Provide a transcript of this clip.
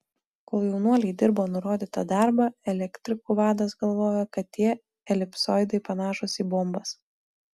kol jaunuoliai dirbo nurodytą darbą elektrikų vadas galvojo kad tie elipsoidai panašūs į bombas